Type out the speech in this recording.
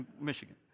Michigan